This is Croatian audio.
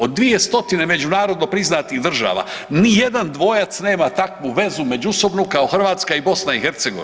Od 200 međunarodno priznatih država nijedan dvojac nema takvu vezu međusobnu kao Hrvatska i BiH.